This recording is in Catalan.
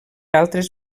altres